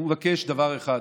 הוא מבקש דבר אחד,